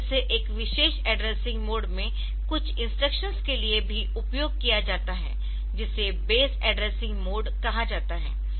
तो इसे एक विशेष एड्रेसिंग मोड में कुछ इंस्ट्रक्शंस के लिए भी उपयोग किया जाता है जिसे बेस एड्रेसिंग मोड कहा जाता है